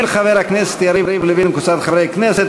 של חבר הכנסת יריב לוין וקבוצת חברי הכנסת,